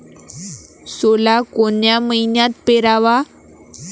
सोला कोन्या मइन्यात पेराव?